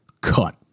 cut